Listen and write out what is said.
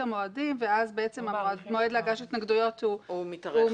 המועדים ואז בעצם המועד להגשת התנגדויות מתארך.